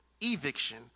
eviction